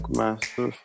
master